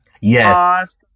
Yes